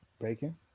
bacon